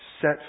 set